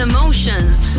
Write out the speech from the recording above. Emotions